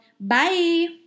Bye